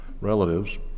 relatives